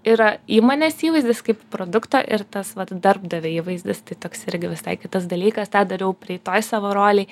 yra įmonės įvaizdis kaip produkto ir tas vat darbdavio įvaizdis tai toks irgi visai kitas dalykas tą dariau praeitoj savo rolėj